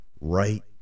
right